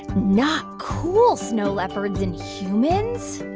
not cool, snow leopards and humans.